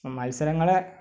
മത്സരങ്ങളെ